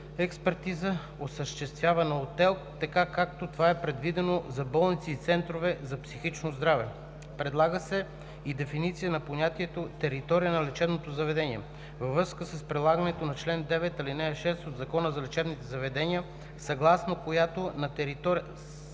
експертиза, осъществявана от ТЕЛК, както това е предвидено за болници и центрове за психично здраве. Предлага се и дефиниция на понятието „територия на лечебното заведение“ във връзка с прилагането на чл. 9, ал. 6 от Закона за лечебните заведения, съгласно която на територията